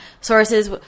sources